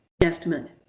estimate